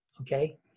Okay